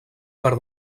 per